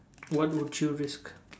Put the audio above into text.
what would you risk